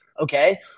Okay